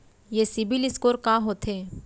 ये सिबील स्कोर का होथे?